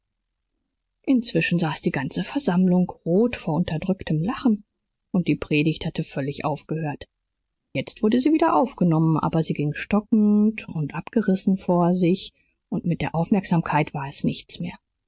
inzwischen saß die ganze versammlung rot vor unterdrücktem lachen und die predigt hatte völlig aufgehört jetzt wurde sie wieder aufgenommen aber sie ging stockend und abgerissen vor sich und mit der aufmerksamkeit war es nichts mehr